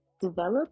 develop